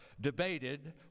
debated